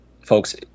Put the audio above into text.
folks